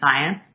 science